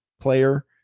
Player